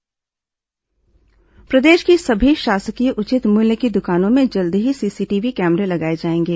PDS दुकान camera प्रदेश की सभी शासकीय उचित मूल्य की दुकानों में जल्द ही सीसीटीवी कैमरे लगाए जाएंगे